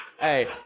Hey